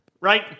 right